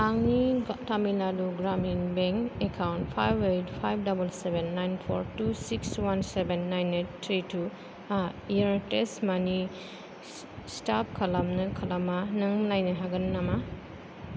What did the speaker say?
आंनि Tamil Nadu Gramin bank account five eight five double seven nine four two six one seven nine eight three two आ Airtel money stop खालामनो खालामा नों नायनो हागोन नामा